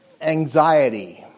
anxiety